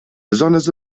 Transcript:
besonders